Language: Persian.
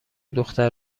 دختر